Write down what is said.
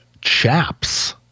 chaps